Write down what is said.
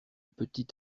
petit